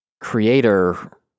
creator